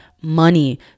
money